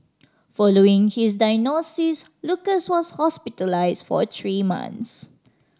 following his diagnosis Lucas was hospitalised for three months